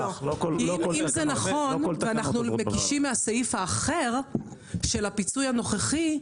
אם זה נכון ואנחנו מקישים מהסעיף האחר של הפיצוי הנוכחי,